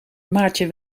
maartje